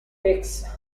picks